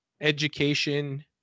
education